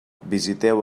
visiteu